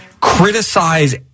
criticize